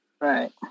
Right